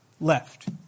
left